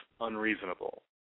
unreasonable